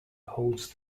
holds